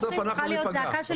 צריכה להיות זעקה של בתי החולים.